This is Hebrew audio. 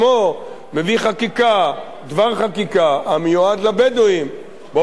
דבר חקיקה המיועד לבדואים באופן מיוחד,